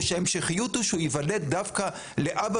או שההמשכיות היא שהוא ייוולד דווקא לאבא